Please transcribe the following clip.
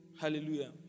Hallelujah